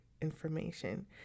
information